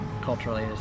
culturally